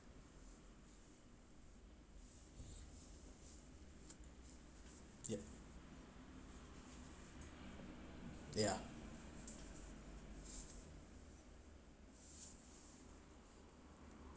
yeah yeah